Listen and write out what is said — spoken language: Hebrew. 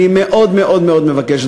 אני מאוד מאוד מאוד מבקש,